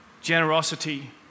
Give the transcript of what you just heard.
generosity